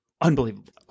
Unbelievable